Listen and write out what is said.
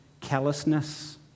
callousness